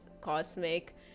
cosmic